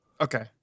Okay